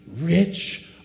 rich